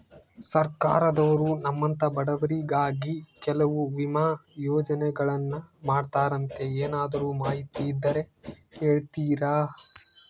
ಸರ್ಕಾರದವರು ನಮ್ಮಂಥ ಬಡವರಿಗಾಗಿ ಕೆಲವು ವಿಮಾ ಯೋಜನೆಗಳನ್ನ ಮಾಡ್ತಾರಂತೆ ಏನಾದರೂ ಮಾಹಿತಿ ಇದ್ದರೆ ಹೇಳ್ತೇರಾ?